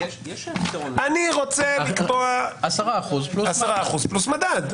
יש פתרון לזה --- אני רוצה לקבוע 10% פלוס מדד.